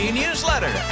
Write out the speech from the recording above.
newsletter